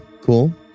cool